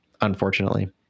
unfortunately